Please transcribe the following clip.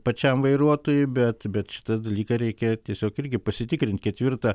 pačiam vairuotojui bet bet šitą dalyką reikia tiesiog irgi pasitikrint ketvirta